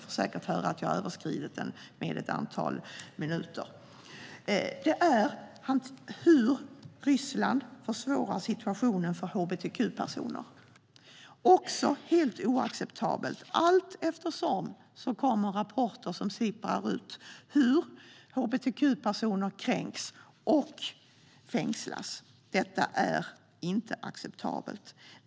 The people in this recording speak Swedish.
Det handlar om hur Ryssland försvårar situationen för hbtq-personer. Det är också helt oacceptabelt. Allteftersom sipprar rapporter ut om hur hbtq-personer kränks och fängslas. Detta är inte acceptabelt.